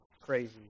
crazy